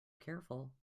careful